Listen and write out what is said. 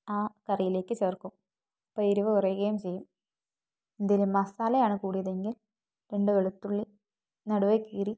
ആ കറിയിലേയ്ക്ക് ചേർക്കും അപ്പം എരിവ് കുറയുകയും ചെയ്യും എന്തെങ്കിലും മസാലയാണ് കൂടിയതെങ്കിൽ രണ്ട് വെളുത്തുള്ളി നടുവേ കീറി